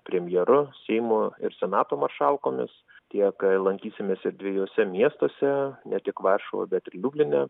premjeru seimo ir senato maršalkomis tiek lankysimės ir dviejuose miestuose ne tik varšuvoje bet ir liubline